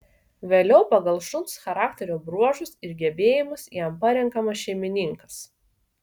vėliau pagal šuns charakterio bruožus ir gebėjimus jam parenkamas šeimininkas